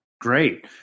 Great